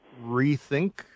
rethink